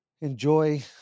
enjoy